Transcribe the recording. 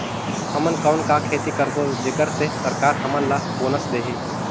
हमन कौन का खेती करबो जेकर से सरकार हमन ला बोनस देही?